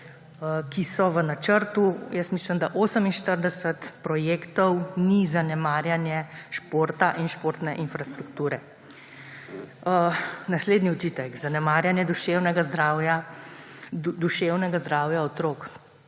ki so v načrtu. Mislim, da 48 projektov ni zanemarjanje športa in športne infrastrukture. Naslednji očitek – zanemarjanje duševnega zdravja otrok.